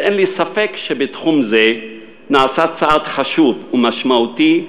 אין לי ספק שבתחום זה נעשה צעד חשוב ומשמעותי,